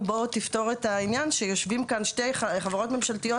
בוא תפתור את העניין שיושבות כאן שתי חברות ממשלתיות,